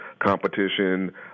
competition